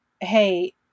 Hey